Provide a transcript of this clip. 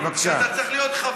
הבנת?